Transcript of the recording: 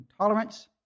intolerance